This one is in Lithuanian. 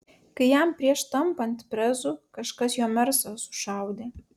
kai jam prieš tampant prezu kažkas jo mersą sušaudė